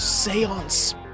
seance